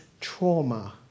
trauma